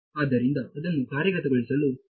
ಆದ್ದರಿಂದ ಅದನ್ನು ಕಾರ್ಯಗತಗೊಳಿಸಲು ಪ್ರಯತ್ನಿಸಿ